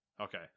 Okay